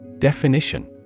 Definition